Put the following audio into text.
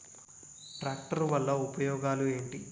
Tractor వల్ల ఉపయోగాలు ఏంటీ?